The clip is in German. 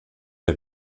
der